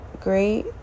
great